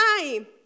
time